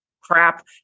crap